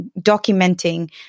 documenting